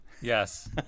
Yes